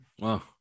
wow